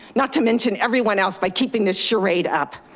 not to mention everyone else by keeping this charade up.